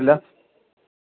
വീട്ടിൽ എല്ലാവരും എന്നാ പറയുന്നു